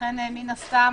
ולכן מן הסתם